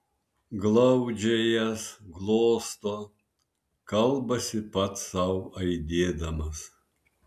glaudžia jas glosto kalbasi pats sau aidėdamas